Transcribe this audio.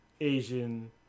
Asian